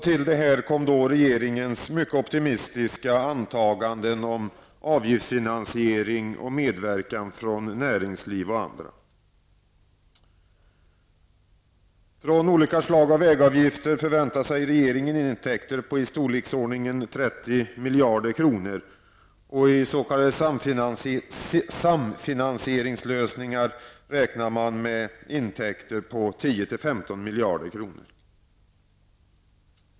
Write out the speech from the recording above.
Till detta kom regeringens mycket optimistiska antaganden om avgiftsfinansiering och medverkan från näringsliv och andra intressenter. Från olika slag av vägavgifter förväntar sig regeringen intäkter på i storleksordningen 30 samfinansieringslösningar räknar man med intäkter på 10--15 miljarder kronor.